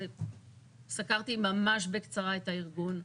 סקרתי ממש בקצרה את הארגון.